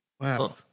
Wow